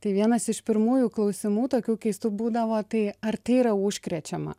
tai vienas iš pirmųjų klausimų tokių keistų būdavo tai ar tai yra užkrečiama